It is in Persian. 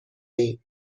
ایم